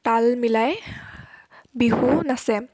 তাল মিলাই বিহু নাচে